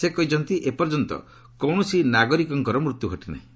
ସେ କହିଛନ୍ତି ଏପର୍ଯ୍ୟନ୍ତ କୌଣସି ନାଗରିକଙ୍କର ମୃତ୍ୟୁ ଘଟିନାହିଁ